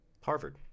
Harvard